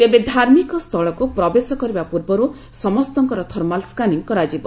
ତେବେ ଧାମିକସ୍ଥଳକୁ ପ୍ରବେଶ କରିବା ପୂର୍ବରୁ ସମସ୍ତଙ୍କର ଥର୍ମାଲ୍ ସ୍କାନିଂ କରାଯିବ